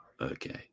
Okay